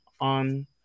on